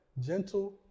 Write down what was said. Gentle